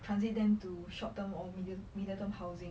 transit them to short term or middle middle term housing